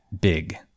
big